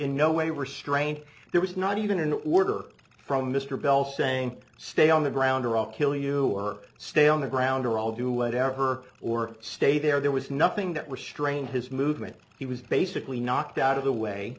no way restrained there was not even an order from mr bell saying stay on the ground or up kill you or stay on the ground or all do whatever her or stay there there was nothing that was strained his movement he was basically knocked out of the way